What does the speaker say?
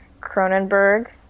Cronenberg